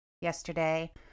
yesterday